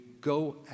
go